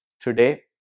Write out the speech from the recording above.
today